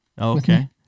Okay